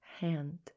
hand